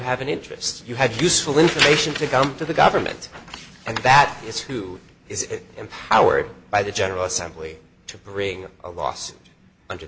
have an interest you have useful information to come to the government and that is who is empowered by the general assembly to bring a lawsuit under